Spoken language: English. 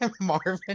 Marvin